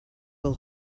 will